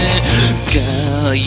Girl